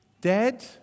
Dead